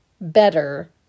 better